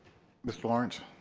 mr. lawrence